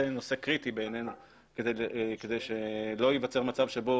זה נושא קריטי בעינינו כדי שלא ייווצר מצב שבו